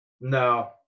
No